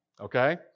Okay